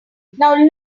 now